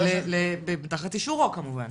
תחת אישורו כמובן.